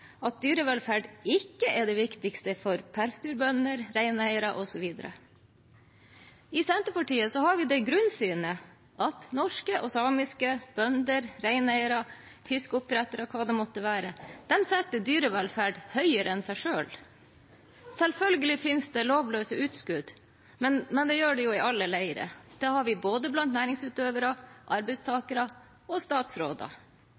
at dyrevelferd ikke er det viktigste for pelsdyrbønder, reineiere, osv. I Senterpartiet har vi det grunnsyn at norske og samiske bønder, reineiere, fiskeoppdrettere – og hva det måtte være – setter dyrevelferd høyere enn seg selv. Selvfølgelig finnes det lovløse utskudd, men det gjør det jo i alle leire. Det har vi blant både næringsutøvere, arbeidstakere og statsråder.